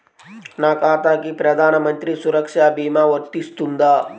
నా ఖాతాకి ప్రధాన మంత్రి సురక్ష భీమా వర్తిస్తుందా?